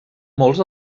molts